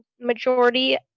majority